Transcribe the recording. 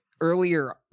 earlier